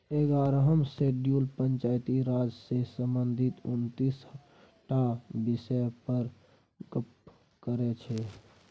एगारहम शेड्यूल पंचायती राज सँ संबंधित उनतीस टा बिषय पर गप्प करै छै